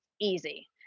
Easy